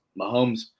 Mahomes